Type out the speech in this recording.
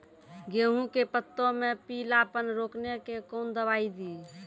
गेहूँ के पत्तों मे पीलापन रोकने के कौन दवाई दी?